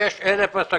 עסקים,